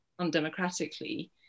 undemocratically